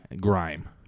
Grime